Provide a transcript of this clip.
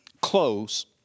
close